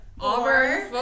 Auburn